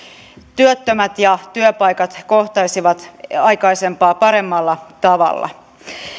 työttömät ja työpaikat kohtaisivat aikaisempaa paremmalla tavalla